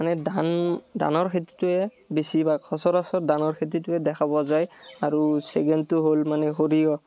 মনে ধান ধানৰ খেতিটোৱে বেছিভাগ সচৰাচৰ ধানৰ খেতিটোৱে দেখা পোৱা যায় আৰু চেকেনটো হ'ল মানে সৰিয়হ